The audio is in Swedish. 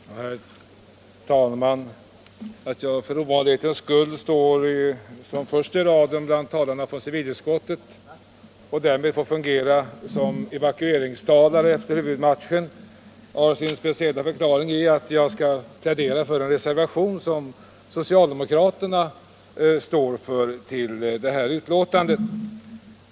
Herr talman! Att jag för ovanlighetens skull står först i raden bland talarna för civilutskottet i dess betänkande nr 28 och därmed får fungera som evakueringstalare efter huvudmatchen har sin speciella förklaring i att jag skall plädera för en reservation som socialdemokraterna står för till det här betänkandet.